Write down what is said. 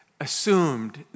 assumed